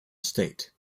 state